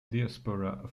diaspora